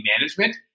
management